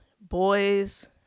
boys